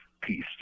peace